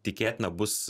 tikėtina bus